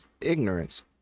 ignorance